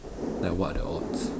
like what are the odds